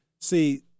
see